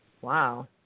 Wow